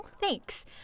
Thanks